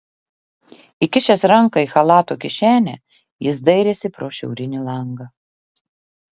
įkišęs ranką į chalato kišenę jis dairėsi pro šiaurinį langą